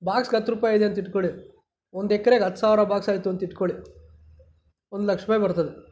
ಬಾಕ್ಸ್ಗೆ ಹತ್ತು ರೂಪಾಯಿ ಇದೆ ಅಂತ ಇಟ್ಕೊಳ್ಳಿ ಒಂದು ಎಕ್ರೆಗೆ ಹತ್ತು ಸಾವಿರ ಬಾಕ್ಸ್ ಆಯಿತು ಅಂತ ಇಟ್ಕೊಳ್ಳಿ ಒಂದು ಲಕ್ಷ ರೂಪಾಯಿ ಬರ್ತದೆ